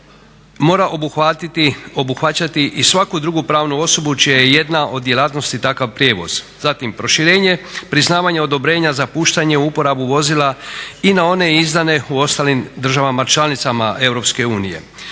mora obuhvaćati i svaku drugu pravnu osobu čija je jedna od djelatnosti takav prijevoz. Zatim proširenje, priznavanje odobrenja za puštanje u uporabu vozila i na one izdane u ostalim državama članicama